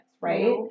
right